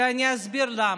ואני אסביר למה.